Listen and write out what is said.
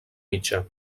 mitjà